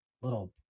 little